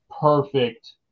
perfect